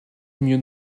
mieux